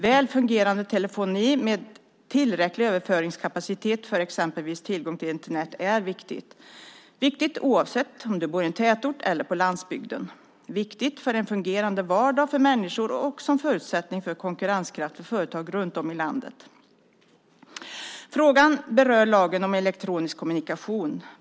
Väl fungerande telefoni med tillräcklig överföringskapacitet för exempelvis tillgång till Internet är viktigt - viktigt oavsett om man bor i en tätort eller på landsbygden, viktigt för en fungerande vardag för människor och som förutsättning för konkurrenskraft för företag runtom i landet. Frågan berör lagen om elektronisk kommunikation.